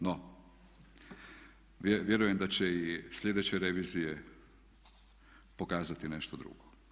No, vjerujem da će i sljedeće revizije pokazati nešto drugo.